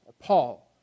Paul